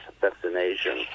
vaccination